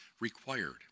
required